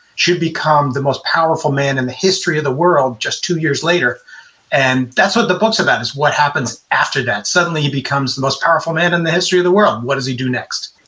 should become the most powerful man in the history of the world just two years later and that's what the book's about, is what happens after that. suddenly he becomes the most powerful man in the history of the world. what does he do next?